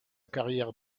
carrière